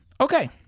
okay